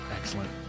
Excellent